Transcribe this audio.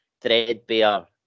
threadbare